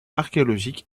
archéologique